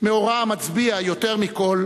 מאורע המצביע יותר מכול